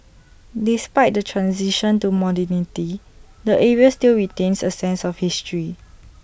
despite the transition to modernity the area still retains A sense of history